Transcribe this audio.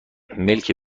ملکی